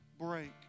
break